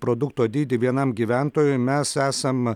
produkto dydį vienam gyventojui mes esam